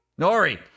nori